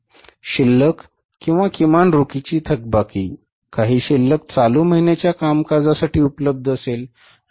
शिल्लक किंवा किमान रोखीची थकबाकी काही शिल्लक चालू महिन्याच्या कामकाजासाठी उपलब्ध असेल